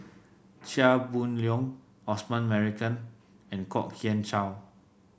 Chia Boon Leong Osman Merican and Kwok Kian Chow